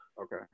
Okay